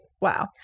wow